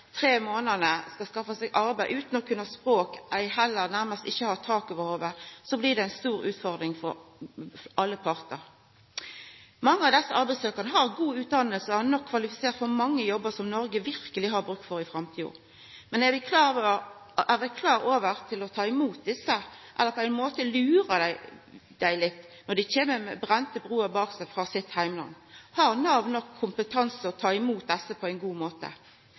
tre månadene skal skaffa seg arbeid utan å kunna språket og nærmast ikkje har tak over hovudet, blir det ei stor utfordring for alle partar. Mange av desse arbeidssøkjarane har god utdanning og er godt nok kvalifiserte for mange jobbar som Noreg verkeleg har bruk for i framtida. Men er vi klare for å ta imot desse, eller lurar vi dei på ein måte litt når dei kjem hit og har brende bruer bak seg i heimlandet sitt? Har Nav nok kompetanse til å ta imot desse på ein god måte?